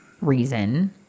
reason